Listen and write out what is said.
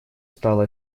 стала